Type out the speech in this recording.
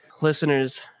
Listeners